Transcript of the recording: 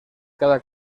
cada